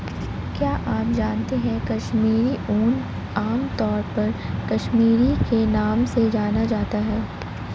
क्या आप जानते है कश्मीरी ऊन, आमतौर पर कश्मीरी के नाम से जाना जाता है?